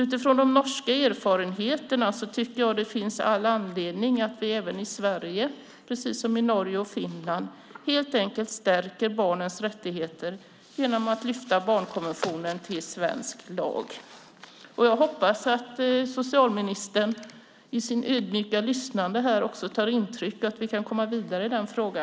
Utifrån de norska erfarenheterna tycker jag att det finns all anledning att vi även i Sverige precis som i Norge och Finland helt enkelt stärker barnens rättigheter genom att lyfta barnkonventionen till svensk lag. Jag hoppas att socialministern i sitt ödmjuka lyssnande här också tar intryck så att vi kan komma vidare i frågan.